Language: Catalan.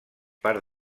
part